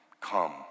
Come